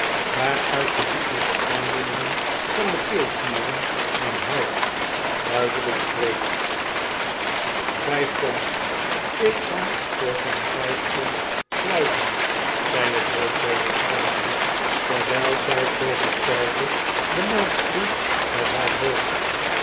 waaruit de ziekelijke aandoeningen van de keelklieren en huig duidelijk spreekt vijf pondl ik ga voor geen vijf pond pluizen zei t hoofd der weerspannigen terwijl zij voor zich zelve de maat sloeg met haar hoofd